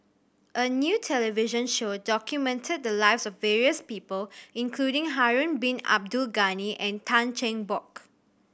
a new television show documented the lives of various people including Harun Bin Abdul Ghani and Tan Cheng Bock